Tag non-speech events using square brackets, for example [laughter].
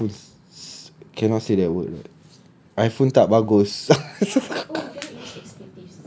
that's why I say iphone s~ cannot say that word right iphone tak bagus [laughs]